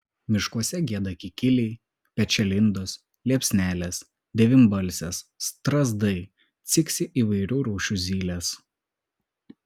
miškuose gieda kikiliai pečialindos liepsnelės devynbalsės strazdai ciksi įvairių rūšių zylės